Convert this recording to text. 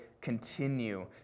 continue